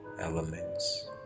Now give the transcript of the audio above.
elements